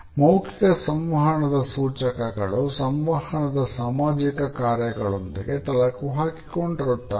"ಮೌಖಿಕ ಸಂವಹನದ ಸೂಚಕಗಳು ಸಂವಹನದ ಸಾಮಾಜಿಕ ಕಾರ್ಯಗಳೊಂದಿಗೆ ತಳಕು ಹಾಕಿಕೊಂಡಿರುತ್ತವೆ